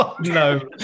no